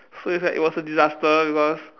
so it's like it was a disaster because